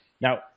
now